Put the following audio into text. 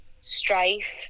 strife